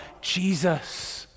Jesus